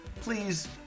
please